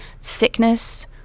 sickness